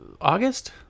august